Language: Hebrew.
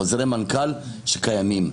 חוזרי מנכ"ל שקיימים.